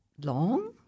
long